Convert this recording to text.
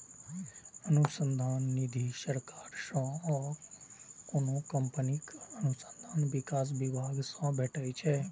अनुसंधान निधि सरकार सं आ कोनो कंपनीक अनुसंधान विकास विभाग सं भेटै छै